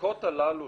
הבודקות הללו